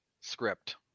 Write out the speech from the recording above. script